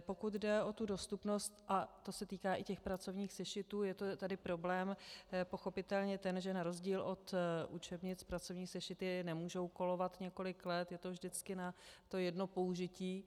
Pokud jde o dostupnost, a to se týká i pracovních sešitů, je problém pochopitelně ten, že na rozdíl od učebnic pracovní sešity nemůžou kolovat několik let, je to vždycky na jedno použití.